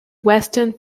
weston